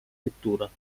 vettura